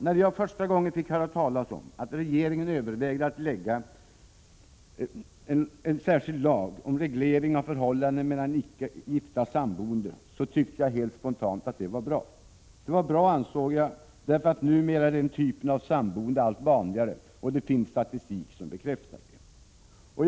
När jag för första gången fick höra talas om, att regeringen övervägde att lägga fram en särskild lag om reglering av förhållandena mellan icke gifta samboende så tyckte jag helt sponant att det var bra. Det var bra därför att numera är den typen av samboende allt vanligare. Det finns statistik som bekräftar detta.